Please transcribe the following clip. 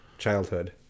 childhood